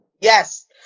Yes